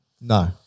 No